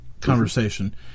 conversation